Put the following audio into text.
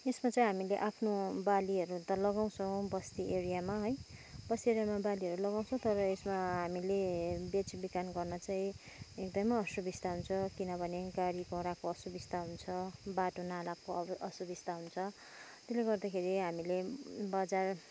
यसमा चाहिँ हामीले आफ्नो बालीहरू त लगाउँछौँ बस्ती एरियमा है बस्ती एरियामा बालीहरू लगाउँछौँ तर यसमा हामीले बेचबिखन गर्न चाहिँ एकदमै असुविस्ता हुन्छ किनभने गाडी घोडाको असुविस्ता हुन्छ बाटो नालाको अब असुविस्ता हुन्छ त्यसले गर्दाखेरि हामीले बजार